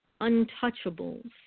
untouchables